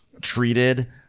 treated